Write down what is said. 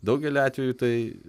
daugeliu atveju tai